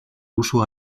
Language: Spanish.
uso